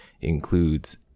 includes